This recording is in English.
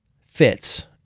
fits